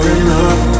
enough